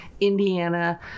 Indiana